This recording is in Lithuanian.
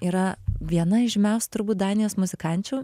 yra viena iš žymiausių turbūt danijos muzikančių